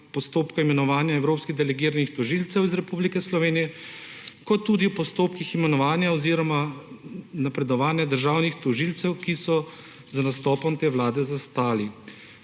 postopka imenovanja evropskih delegiranih tožilcev iz Republike Slovenije kot tudi v postopkih imenovanja oziroma napredovanja državnih tožilcev, ki so z nastopom te Vlade zastali.